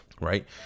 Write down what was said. Right